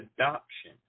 adoption